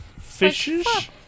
fishes